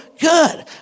good